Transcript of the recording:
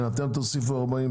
אתם תוסיפו 40,